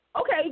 okay